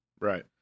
Right